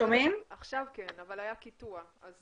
אני